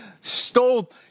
stole